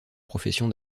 profession